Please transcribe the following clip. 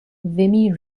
vimy